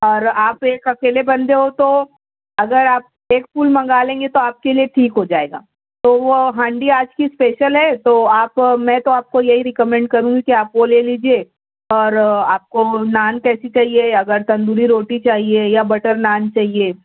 اور آپ ایک اکیلے بندے ہو تو اگر آپ ایک فل منگا لیں گے تو آپ کے لیے ٹھیک ہو جائے گا تو وہ ہانڈی آج کی اسپیشل ہے تو آپ میں تو آپ کو یہی ریکمینڈ کروں گی کہ آپ وہ لے لیجیے اور آپ کو نان کیسی چاہیے اگر تندوری روٹی چاہیے یا بٹر نان چاہیے